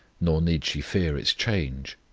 nor need she fear its change.